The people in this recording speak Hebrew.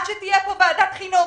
עד שתהיה פה ועדת חינוך,